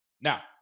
Now